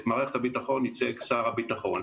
את מערכת הביטחון ייצג שר הביטחון.